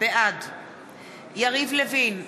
בעד יריב לוין,